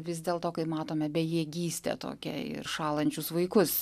vis dėl to kai matome bejėgystę tokią ir šąlančius vaikus